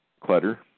Clutter